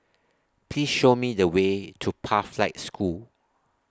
Please Show Me The Way to Pathlight School